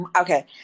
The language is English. Okay